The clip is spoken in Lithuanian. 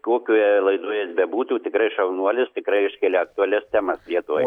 kokioje laidoje jis bebūtų tikrai šaunuolis tikrai iškelia aktualias temas lietuvai